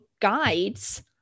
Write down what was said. guides